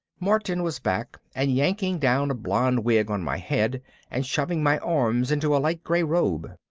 martin was back and yanking down a blonde wig on my head and shoving my arms into a light gray robe.